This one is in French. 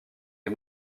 est